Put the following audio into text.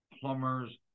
plumbers